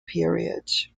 period